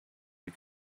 you